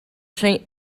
say